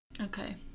okay